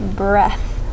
breath